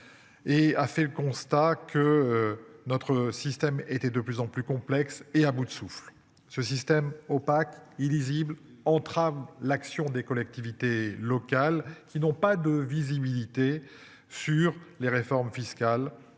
Et a fait le constat que notre système était de plus en plus complexes et à bout de souffle. Ce système opaque illisible entravent l'action des collectivités locales qui n'ont pas de visibilité sur les réformes fiscales